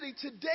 today